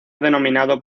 denominado